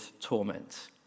torment